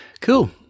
cool